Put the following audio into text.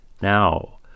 now